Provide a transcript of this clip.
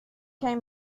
come